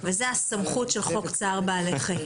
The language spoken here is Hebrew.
וזה הסמכות של חוק צער בעלי חיים.